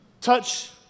touch